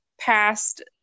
past